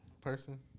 person